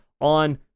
on